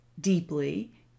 deeply